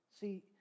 See